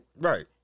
Right